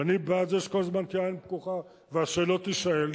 ואני בעד זה שכל הזמן תהיה עין פקוחה והשאלות תישאלנה,